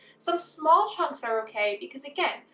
some small chunks are okay because again,